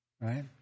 Right